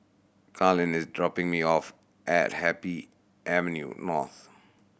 Carlyn is dropping me off at Happy Avenue North